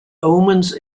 omens